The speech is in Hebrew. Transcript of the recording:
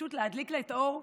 פשוט להדליק את האור,